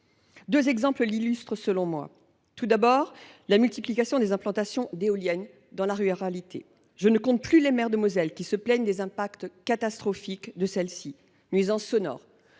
Deux exemples l’illustrent à mes yeux. Le premier est la multiplication des implantations d’éoliennes dans la ruralité. Je ne compte plus les maires de Moselle qui se plaignent des impacts catastrophiques de celles ci : nuisances sonores,